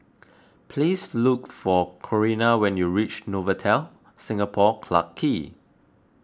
please look for Corinna when you reach Novotel Singapore Clarke Quay